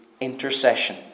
intercession